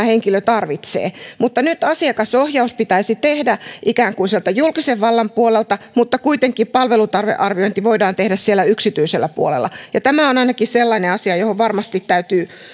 henkilö tarvitsee nyt asiakasohjaus pitäisi tehdä ikään kuin julkisen vallan puolelta mutta kuitenkin palvelutarvearviointi voidaan tehdä yksityisellä puolella ainakin tämä on sellainen asia johon varmasti täytyy